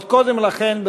עוד קודם לכן,